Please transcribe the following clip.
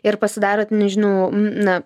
ir pasidarot nežinau na